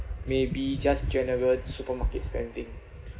maybe just general supermarkets spending